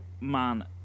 man